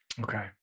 Okay